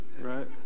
right